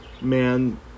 man